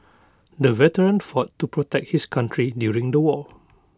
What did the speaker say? the veteran fought to protect his country during the war